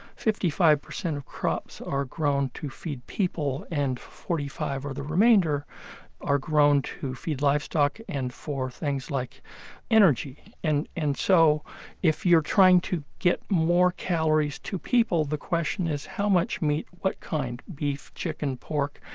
fifty five percent of crops are grown to feed people, and forty five percent or the remainder are grown to feed livestock and for things like energy and and so if you're trying to get more calories to people, the question is how much meat? what kind beef, chicken or pork?